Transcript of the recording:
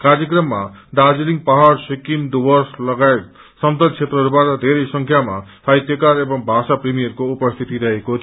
कार्यक्रममा दार्जीलिङ पहाड़ सिकिम डुर्वस लगायत समतल क्षेत्रहरूबाट थेरै संख्यामा साहित्यकार एवं भाषा प्रेमीहरूको उपस्थिति रहेको थियो